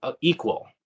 equal